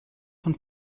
von